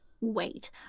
wait